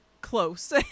close